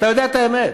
אתה יודע את האמת.